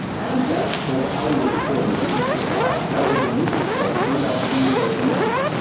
adam savage told the hollywood reporter he was surprised how open lucasfilm turned out to be with their permissions.